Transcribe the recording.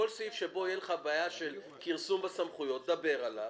כל סעיף שבו תהיה לך בעיה של כרסום בסמכויות דבר עליו,